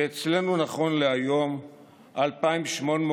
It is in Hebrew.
ואצלנו נכון להיום 2,864?